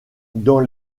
dans